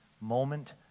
moment